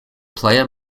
player